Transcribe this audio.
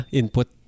input